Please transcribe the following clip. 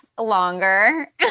Longer